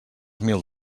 mil